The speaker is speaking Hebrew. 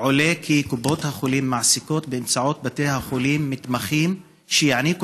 עולה כי קופות החולים מעסיקות באמצעות בתי החולים מתמחים שיעניקו